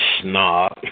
snob